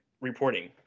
reporting